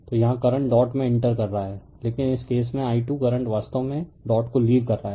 तो यहाँ current dot में इंटर कर रहा है लेकिन इस केस में i2 करंट वास्तव में डॉट को लीव कर रहा है